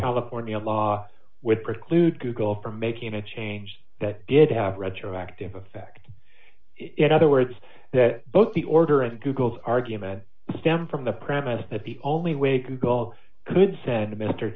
california law with preclude google from making a change that did have retroactive effect it other words that both the order and google's argument stem from the premise that the only way you